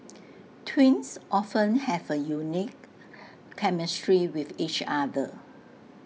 twins often have A unique chemistry with each other